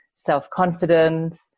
self-confidence